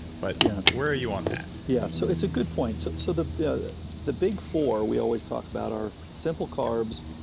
but yeah where are you on that? yeah, so it's a good point. so so the the big four, we always talk about our simple carbs,